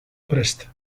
prest